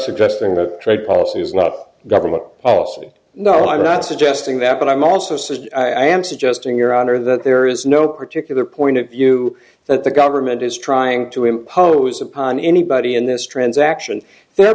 suggesting that trade policy is not government policy no i'm not suggesting that but i'm also says i am suggesting your honor that there is no particular point of view that the government is trying to impose upon anybody in this transaction they're